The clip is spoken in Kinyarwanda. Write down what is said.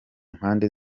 mpande